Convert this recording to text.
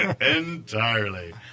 Entirely